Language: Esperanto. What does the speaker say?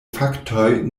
faktoj